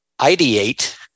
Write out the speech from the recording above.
ideate